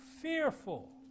fearful